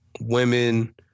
women